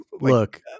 look